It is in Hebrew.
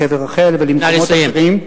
לקבר רחל ולמקומות אחרים,